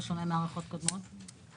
בשונה מהערכות קודמות?